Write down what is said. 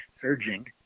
surging